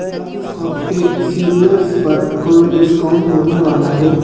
کیا اس ہفتے سیریئلس پر کوئی ڈسکاؤنٹ ہونے والا ہے